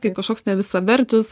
kaip kažkoks nevisavertis